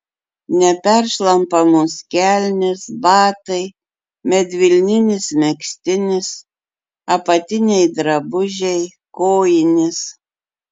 neperšlampamos kelnės batai medvilninis megztinis apatiniai drabužiai kojinės